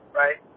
right